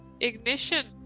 ignition